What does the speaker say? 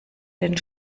den